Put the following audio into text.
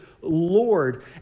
Lord